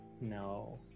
No